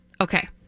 Okay